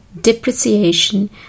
depreciation